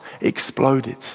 exploded